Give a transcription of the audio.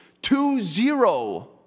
Two-zero